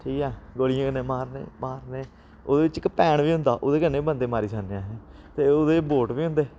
ठीक ऐ गोलियें कन्नै मारने मारने ओह्दे बिच्च इक भैन बी होंदा ओह्दे कन्नै बंदे मारी सकने असें ते ओह्दे च वोट बी होंदे